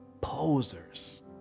posers